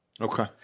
Okay